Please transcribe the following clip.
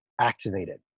activated